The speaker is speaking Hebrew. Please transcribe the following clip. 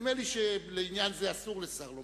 נדמה לי שלעניין זה אסור לשר לומר,